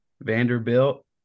Vanderbilt